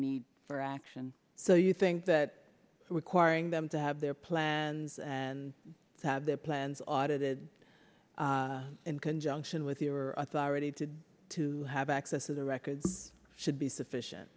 need for action so you think that requiring them to have their plans and have their plans audited in conjunction with your authority to do to have access to the records should be sufficient